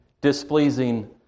Displeasing